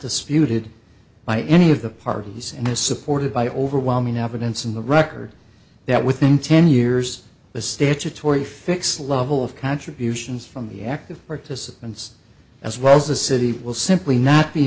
disputed by any of the parties and is supported by overwhelming evidence in the record that within ten years the statutory fix level of contributions from the active participants as well as the city will simply not be